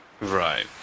Right